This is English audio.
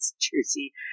jersey